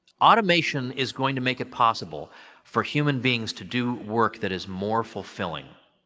automation is going to make it possible for human beings to do work that is more fulfilling.